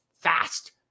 fast